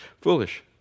Foolish